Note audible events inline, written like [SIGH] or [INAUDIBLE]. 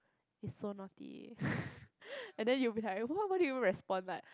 is so naughty [NOISE] and then you'll be like wh~ how do you respond like